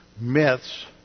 myths